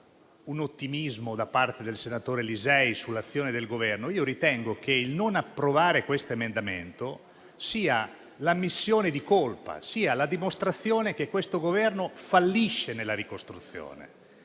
un ottimismo da parte del senatore Lisei sull'azione del Governo, ritengo che non approvare questo emendamento sia un'ammissione di colpa e la dimostrazione che questo Governo fallisce nella ricostruzione.